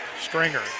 Stringer